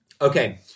Okay